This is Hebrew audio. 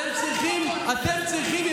אתם צריכים,